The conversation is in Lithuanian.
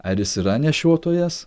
ar jis yra nešiotojas